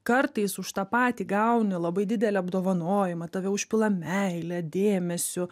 kartais už tą patį gauni labai didelį apdovanojimą tave užpila meile dėmesiu